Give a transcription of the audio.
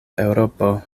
eŭropo